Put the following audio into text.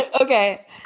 Okay